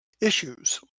issues